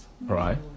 right